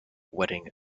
wedding